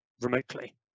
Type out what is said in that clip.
remotely